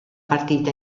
partita